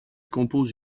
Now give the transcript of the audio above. compose